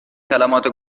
کلمات